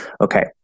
Okay